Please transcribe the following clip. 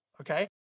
okay